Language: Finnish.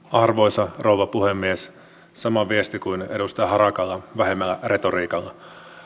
arvoisa rouva puhemies sama viesti kuin edustaja harakalla vähemmällä retoriikalla